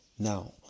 Now